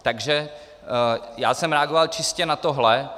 Takže já jsem reagoval čistě na tohle.